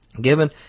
Given